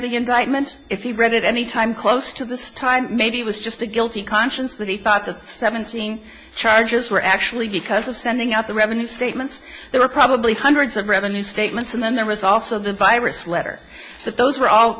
the indictment if he read it any time close to this time maybe it was just a guilty conscience that he thought the seventeen charges were actually because of sending out the revenue statements there were probably hundreds of revenue statements and then the results of the virus letter but those were all